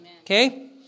Okay